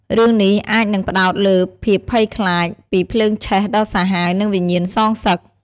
រឿងនេះអាចនឹងផ្ដោតលើភាពភ័យខ្លាចពីភ្លើងឆេះដ៏សាហាវ និងវិញ្ញាណសងសឹក។